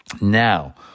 Now